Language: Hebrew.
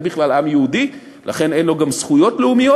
אין בכלל עם יהודי, לכן אין לו גם זכויות לאומיות.